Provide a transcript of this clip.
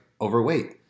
overweight